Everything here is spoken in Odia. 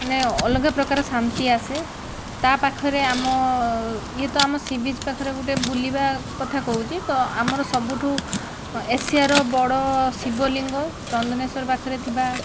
ମାନେ ଅଲଗା ପ୍ରକାର ଶାନ୍ତି ଆସେ ତା' ପାଖରେ ଆମ ୟେ ତ ଆମ ସି ବିଚ୍ ପାଖରେ ଗୋଟେ ବୁଲିବା କଥା କହୁଛି ତ ଆମର ସବୁଠୁ ଏସିଆର ବଡ଼ ଶିବ ଲିଙ୍ଗ ଚନ୍ଦନେଶ୍ଵର ପାଖରେ ଥିବା